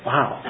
Wow